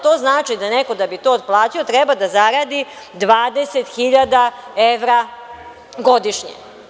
To znači da neko, da bi to otplatio, treba da zaradi 20.000 evra godišnje.